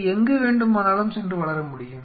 இது எங்கு வேண்டுமானாலும் சென்று வளர முடியும்